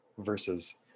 versus